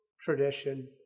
tradition